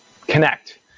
connect